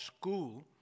School